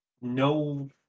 no